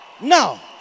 Now